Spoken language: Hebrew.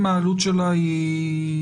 אם העלות שלה מעל,